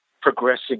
progressing